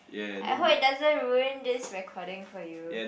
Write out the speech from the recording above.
I hope it doesn't ruin this recording for you